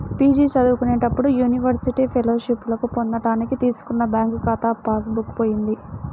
PG చదువుకునేటప్పుడు university ఫెలోషిప్పులను పొందడానికి తీసుకున్న బ్యాంకు ఖాతా పాస్ బుక్ పోయింది